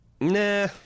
Nah